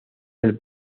del